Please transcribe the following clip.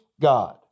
God